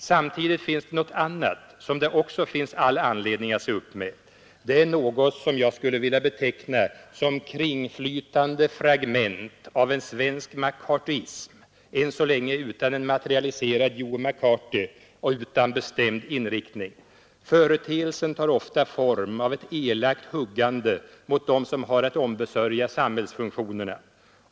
Samtidigt finns i tiden något annat som det också är all anledning att se upp med; något som jag skulle vilja beteckna som kringflytande fragment av en svensk McCarthyism, än så länge utan en materialiserad Joe McCarthy och utan bestämd inriktning. Företeelsen tar ofta form av ett elakt huggande mot dem som har att ombesörja samhällsfunktionerna.